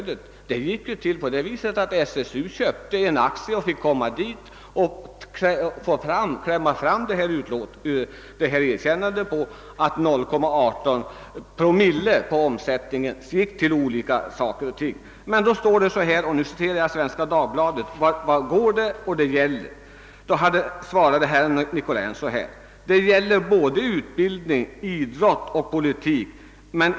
Det hela gick till så att SSU köpte en aktie och sålunda fick tillträde till bolagsstämman, där man kunde klämma fram detta erkännande, att 0,18 promille av koncernomsättningen gick till stöd åt olika organisationer. På frågan vart pengarna gick och vad stödet gällde svarade herr Nicolin — jag citerar Dagens Nyheter: »Det gäller både utbildning, idrott och politik.